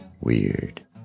Weird